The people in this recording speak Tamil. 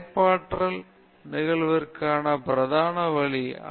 படைப்பாற்றல் நிகழ்விற்கான பிரதான வழி என்ன